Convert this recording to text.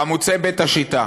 חמוצי בית השיטה.